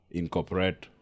incorporate